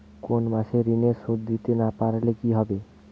কোন মাস এ ঋণের সুধ দিতে না পারলে কি হবে?